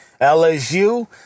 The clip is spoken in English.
LSU